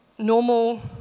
normal